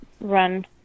run